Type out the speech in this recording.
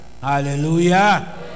Hallelujah